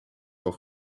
auf